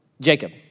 Jacob